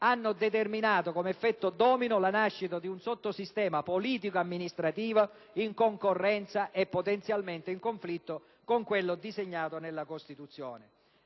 hanno determinato con un effetto domino la nascita di un sottosistema politico-amministrativo in concorrenza e potenzialmente in conflitto con quello disegnato nella Costituzione.